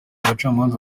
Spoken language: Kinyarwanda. abacamanza